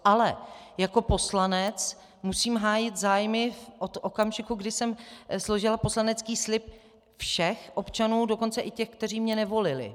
Ale jako poslanec musím hájit zájmy od okamžiku, kdy jsem složila poslanecký slib, všech občanů, dokonce i těch, kteří mě nevolili.